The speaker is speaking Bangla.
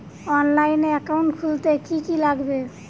অনলাইনে একাউন্ট খুলতে কি কি লাগবে?